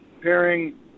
pairing